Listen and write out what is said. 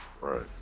Right